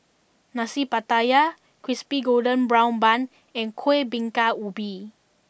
Nasi Pattaya Crispy Golden Brown Bun and Kueh Bingka Ubi